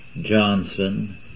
Johnson